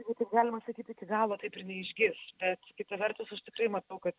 jeigu taip galima sakyt iki galo taip ir neišgirs bet kita vertus aš tikrai matau kad